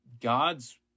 God's